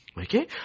Okay